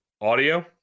audio